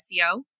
SEO